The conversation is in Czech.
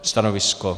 Stanovisko?